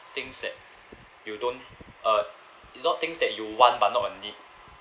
things that you don't uh not things that you want but not a need